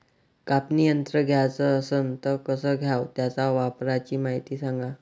कापनी यंत्र घ्याचं असन त कस घ्याव? त्याच्या वापराची मायती सांगा